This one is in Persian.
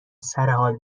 سرحال